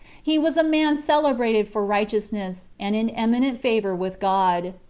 he was a man celebrated for righteousness, and in eminent favor with god.